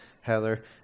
Heather